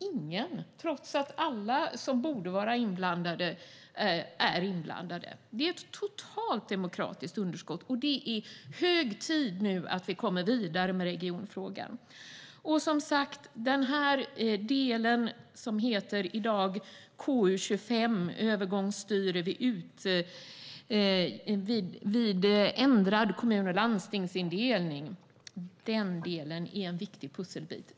Ingen vet, trots att alla som borde vara inblandade är inblandade. Det är ett totalt demokratiskt underskott, och det är hög tid att vi kommer vidare med regionfrågan. Det vi debatterar i dag, betänkande KU25 Övergångsstyre och utjämning vid ändrad kommun och landstingsindelning , innehåller en viktig pusselbit.